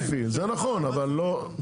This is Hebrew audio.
זה נכון, אבל לא.